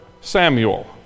Samuel